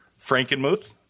Frankenmuth